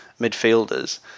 midfielders